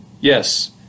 yes